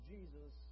Jesus